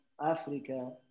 Africa